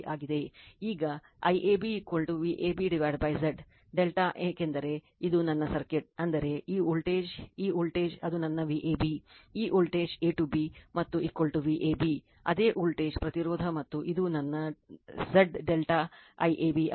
ಈಗ IAB VabZ ∆ ಏಕೆಂದರೆ ಇದು ನನ್ನ ಸರ್ಕ್ಯೂಟ್ ಅಂದರೆ ಈ ವೋಲ್ಟೇಜ್ ಈ ವೋಲ್ಟೇಜ್ ಅದು ನನ್ನVab ಈ ವೋಲ್ಟೇಜ್ A ಟು B ಮತ್ತು Vab ಅದೇ ವೋಲ್ಟೇಜ್ ಪ್ರತಿರೋಧ ಮತ್ತು ಇದು ನನ್ನ Z ∆ IAB ಆಗಿದೆ